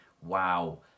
Wow